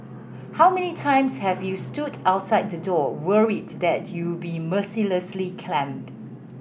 how many times have you stood outside the door worried that you'll be mercilessly clamped